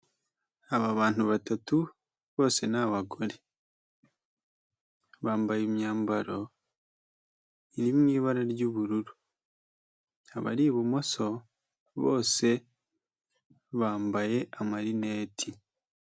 Aba bantu batatu bose ni abagore, bambaye imyambaro iri mu ibara ry'ubururu, abari ibumoso bose bambaye amarineti.